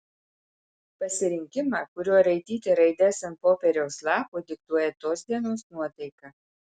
pasirinkimą kuriuo raityti raides ant popieriaus lapo diktuoja tos dienos nuotaika